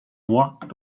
walked